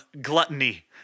Gluttony